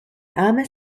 ame